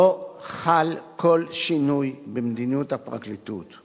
לא חל כל שינוי במדיניות הפרקליטות,